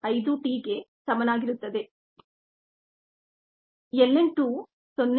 5 T ಗೆ ಸಮನಾಗಿರುತ್ತದೆ ln 2 0